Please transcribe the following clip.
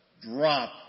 Drop